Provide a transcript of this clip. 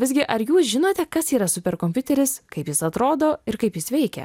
visgi ar jūs žinote kas yra superkompiuteris kaip jis atrodo ir kaip jis veikia